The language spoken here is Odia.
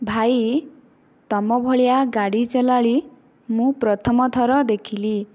ଭାଇ ତୁମ ଭଳିଆ ଗାଡ଼ି ଚାଲାଳି ମୁଁ ପ୍ରଥମଥର ଦେଖିଲି